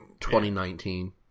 2019